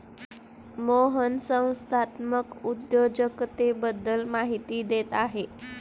मोहन संस्थात्मक उद्योजकतेबद्दल माहिती देत होता